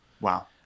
Wow